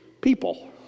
people